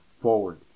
forward